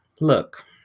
look